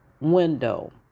window